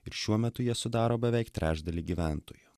ir šiuo metu jie sudaro beveik trečdalį gyventojų